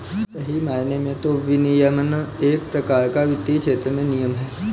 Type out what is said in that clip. सही मायने में तो विनियमन एक प्रकार का वित्तीय क्षेत्र में नियम है